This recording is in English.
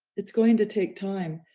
it's going to take time.